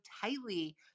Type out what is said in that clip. tightly